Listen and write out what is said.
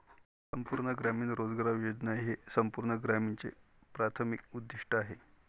संपूर्ण ग्रामीण रोजगार योजना हे संपूर्ण ग्रामीणचे प्राथमिक उद्दीष्ट आहे